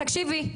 תקשיבי.